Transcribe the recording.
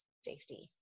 safety